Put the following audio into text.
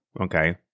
okay